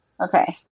Okay